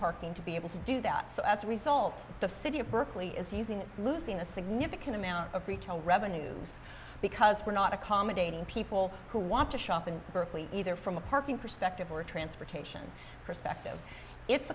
parking to be able to do that so as a result the city of berkeley is using it losing a significant amount of retail revenues because we're not accommodating people who want to shop in berkeley either from a parking perspective or a transportation perspective it's